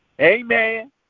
Amen